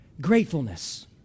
gratefulness